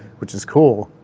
which is cool.